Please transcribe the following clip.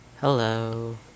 Hello